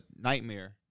Nightmare